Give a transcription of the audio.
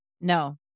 No